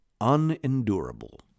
unendurable